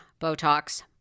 Botox